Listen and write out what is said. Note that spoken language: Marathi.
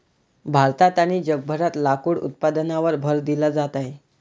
भारतात आणि जगभरात लाकूड उत्पादनावर भर दिला जात आहे